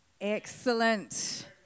Excellent